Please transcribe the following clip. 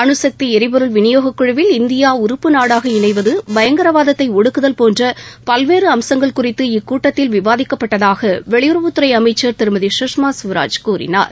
அனுசக்தி எரிபொருள் விநியோகக் குழுவில் இந்தியா உறுப்பு நாடாக இணைவது பயங்கரவாதத்தை ஒடுக்குதல் போன்ற பல்வேறு அம்சங்கள் குறித்து இக்கூட்டத்தில் விவாதிக்கப்பட்டதாக வெளியுறவுத்துறை அமைச்சர் திருமதி சுஷ்மா ஸ்வராஜ் கூறினார்